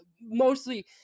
Mostly